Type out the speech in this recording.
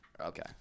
Okay